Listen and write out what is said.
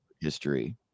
history